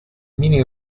mini